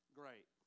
great